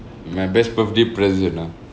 my best birthday present ah